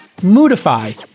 Moodify